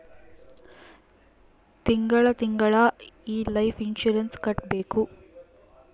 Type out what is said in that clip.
ತಿಂಗಳ ತಿಂಗಳಾ ಈ ಲೈಫ್ ಇನ್ಸೂರೆನ್ಸ್ ಕಟ್ಬೇಕು